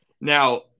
Now